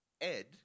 Ed